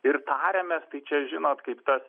ir tariamės tai čia žinot kaip tas